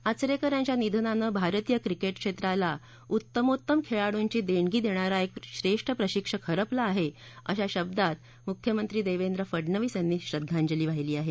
आचरेकर यांच्या निधनाने भारतीय क्रिकेट क्षेत्राला उत्तमोत्तम खेळाडूंची देणगी देणारा एक श्रेष्ठ प्रशिक्षक हरपला आहे अशा शब्दांत मुख्यमंत्री देवेंद्र फडनवीस यांनी श्रद्धांजली वाहिली आहे